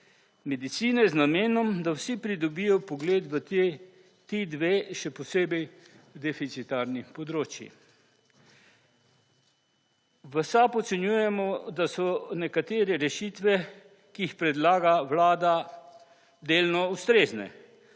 medicine z namenom, da vsi pridobijo vpogled v ti dve še posebej deficitarnih področij. V SAB ocenjujemo, da so nekatere rešitve, ki jih predlaga vlada delno ustrezne,